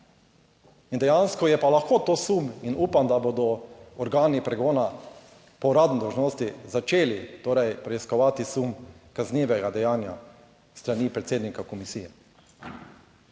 In dejansko je pa lahko to sum in upam, da bodo organi pregona po uradni dolžnosti začeli torej preiskovati sum kaznivega dejanja s strani predsednika komisije